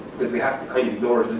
because we have to kind of ignore